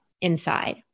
inside